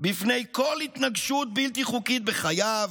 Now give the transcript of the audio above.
בפני כל התנגשות בלתי חוקית בחייו,